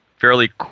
fairly